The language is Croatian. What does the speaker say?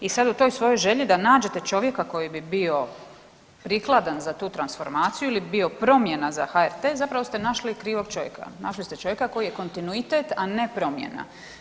I sad u svojoj toj želji da nađete čovjeka koji bi bio prikladan za tu transformaciju ili bi bio promjena za HRT zapravo ste našli krivog čovjeka, našli ste čovjeka koji je kontinuitet a ne promjena.